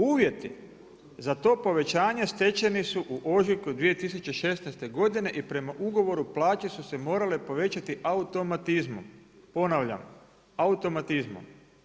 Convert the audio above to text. Uvjeti za to povećanje stečeni su u ožujku 2016. godine i prema ugovoru plaće su se morale povećati automatizmom, ponavljam automatizmom.